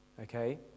Okay